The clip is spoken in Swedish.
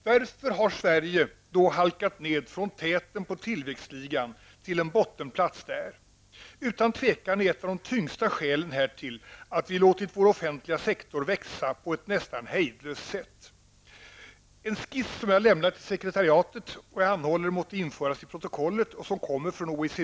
Varför har Sverige halkat ned från täten på tillväxtligan till en bottenplats? Utan tvivel är ett av de tyngsta skälen härtill att vi låtit vår offentliga sektor växa på ett nästan hejdlöst sätt. Jag har en skiss som kommer från OECD.